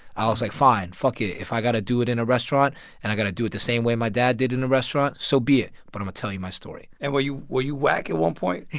i was like, fine. fuck it. if i got to do it in a restaurant and i got to do it the same way my dad did in a restaurant, so be it. but i'm going to tell you my story and were you were you whack at one point?